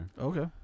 Okay